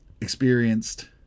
experienced